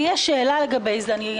לי יש שאלה לפני זה.